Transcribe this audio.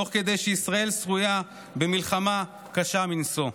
תוך כדי שישראל שרויה במלחמה קשה מנשוא.